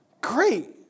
Great